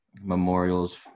memorials